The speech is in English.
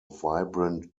vibrant